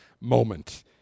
moment